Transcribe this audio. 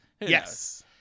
Yes